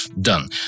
done